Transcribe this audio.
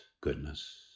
goodness